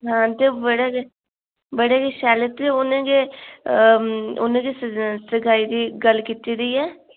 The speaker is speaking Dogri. हां ते बड़ा गै बड़ा गै शैल ते उ'नें गै उ'नें गै स सगाई दी गल्ल कीती दी ऐ